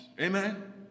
Amen